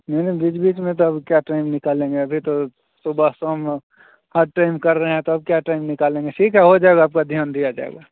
नहीं नहीं बीच बीच में तो अब क्या टाइम निकालेंगे अभी तो सुबह शाम हर टाइम कर रहें तब क्या टाइम निकालेंगे ठीक है हो जाएगा आपका ध्यान दिया जाएगा